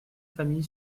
famille